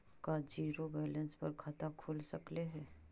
का zero balance पर खाता खुल सकले हे?